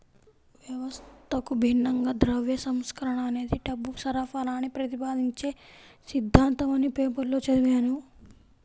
వ్యవస్థకు భిన్నంగా ద్రవ్య సంస్కరణ అనేది డబ్బు సరఫరాని ప్రతిపాదించే సిద్ధాంతమని పేపర్లో చదివాను